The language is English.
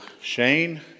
Shane